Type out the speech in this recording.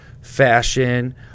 fashion